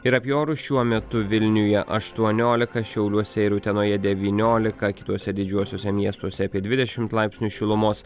ir apie orus šiuo metu vilniuje aštuoniolika šiauliuose ir utenoje devyniolika kituose didžiuosiuose miestuose apie dvidešimt laipsnių šilumos